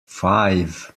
five